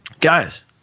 guys